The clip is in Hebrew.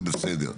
זה בסדר.